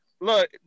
look